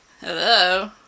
Hello